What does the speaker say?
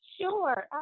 Sure